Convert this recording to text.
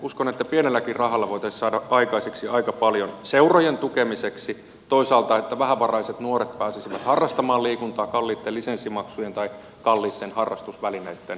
uskon että pienelläkin rahalla voitaisiin saada aikaiseksi aika paljon seurojen tukemiseksi toisaalta siten että vähävaraiset nuoret pääsisivät harrastamaan liikuntaa kalliista lisenssimaksuista tai kalliista harrastusvälineistä huolimatta